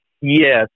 Yes